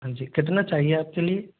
हाँ जी कितना चाहिए एक्चुअल्ली